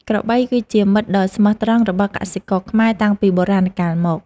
ក្របីគឺជាមិត្តដ៏ស្មោះត្រង់របស់កសិករខ្មែរតាំងពីបុរាណកាលមក។